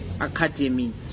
Academy